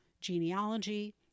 genealogy